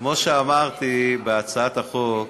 כמו שאמרתי כשהצגתי את הצעת החוק,